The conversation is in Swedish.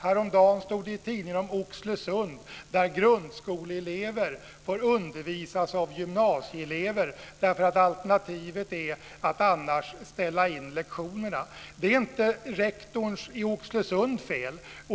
Häromdagen stod det i tidningen om Oxelösund, där grundskoleelever får undervisas av gymnasieelever därför att alternativet är att annars ställa in lektionerna. Det är inte Oxelösunds rektors fel.